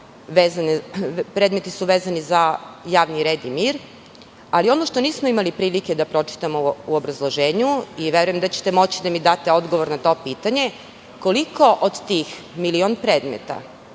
predmeta je vezano za javni red i mir. Ono što nismo imali prilike da pročitamo u obrazloženju i verujem da ćete moći da mi date odgovor na to pitanje – koliko od tih milion predmeta